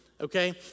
okay